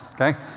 okay